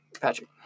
Patrick